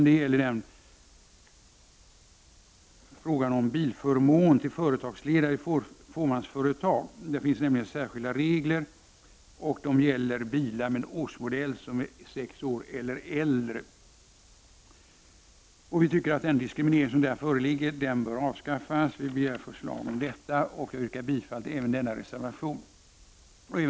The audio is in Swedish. Det gäller fåmansföretagsledares bilförmån. Här finns det nämligen särskilda regler beträffande bilar av en årsmodell som är sex år gammal eller äldre. Vi tycker att den föreliggande diskrimineringen bör avskaffas och begär därför förslag om detta. Jag yrkar bifall till reservation 8.